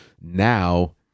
now